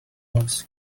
was